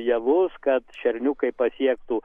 javus kad šerniukai pasiektų